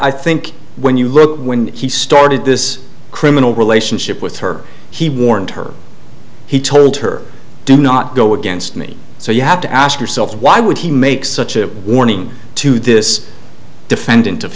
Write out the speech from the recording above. i think when you look when he started this criminal relationship with her he warned her he told her do not go against me so you have to ask yourself why would he make such a warning to this defendant of